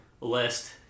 list